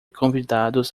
convidados